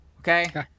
okay